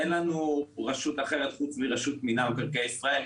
אין לנו רשות אחרת חוץ מרשות מקרקעי ישראל,